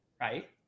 right